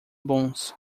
bons